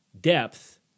depth